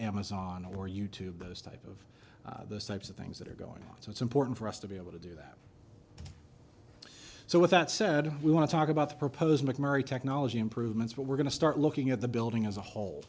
amazon or you tube those type of those types of things that are going on so it's important for us to be able to do that so with that said we want to talk about the proposed mcmurry technology improvements but we're going to start looking at the building as a whole